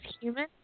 human